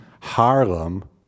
Harlem